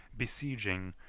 besieging,